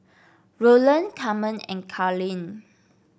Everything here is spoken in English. Roland Carmen and Carlyn